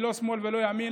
לא שמאל ולא ימין,